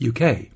UK